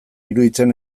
iruditzen